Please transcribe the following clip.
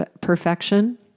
perfection